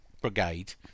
Brigade